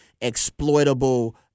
exploitable